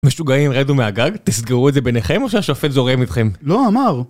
משוגעים רדו מהגג? תסגרו את זה ביניכם או שהשופט זורם אתכם? לא, אמר